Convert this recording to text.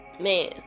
man